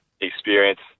experience